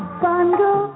bundle